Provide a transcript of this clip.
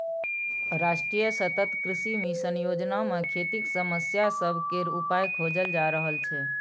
राष्ट्रीय सतत कृषि मिशन योजना मे खेतीक समस्या सब केर उपाइ खोजल जा रहल छै